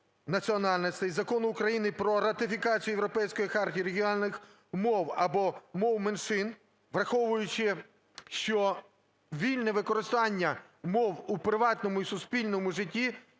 національностей, Закону України "Про ратифікацію Європейської хартії регіональних мов або мов меншин", враховуючи, що вільне використання мов у приватному і суспільному житті